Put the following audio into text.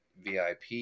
VIP